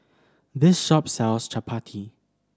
this shop sells Chappati